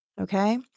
Okay